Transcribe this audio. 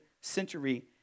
century